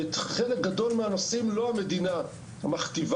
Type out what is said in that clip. ואת חלק גדול מהנושאים לא המדינה מכתיבה,